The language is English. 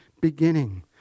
beginning